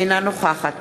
אינה נוכחת